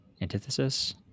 antithesis